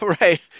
right